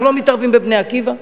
אנחנו לא מתערבים ב"בני עקיבא".